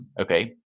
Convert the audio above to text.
Okay